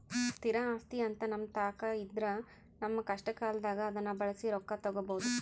ಸ್ಥಿರ ಆಸ್ತಿಅಂತ ನಮ್ಮತಾಕ ಇದ್ರ ನಮ್ಮ ಕಷ್ಟಕಾಲದಾಗ ಅದ್ನ ಬಳಸಿ ರೊಕ್ಕ ತಗಬೋದು